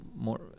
more